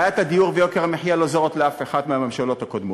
בעיות הדיור ויוקר המחיה לא היו זרות לאף אחת מהממשלות הקודמות.